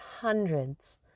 hundreds